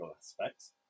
aspects